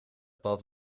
plat